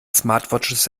smartwatches